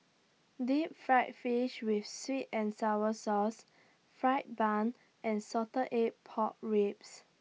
Deep Fried Fish with Sweet and Sour Sauce Fried Bun and Salted Egg Pork Ribs